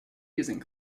using